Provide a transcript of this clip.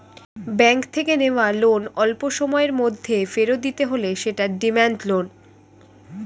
bank থেকে নেওয়া loan অল্পসময়ের মধ্যে ফেরত দিতে হলে সেটা ডিমান্ড লোন